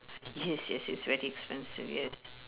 yes yes yes very expensive yes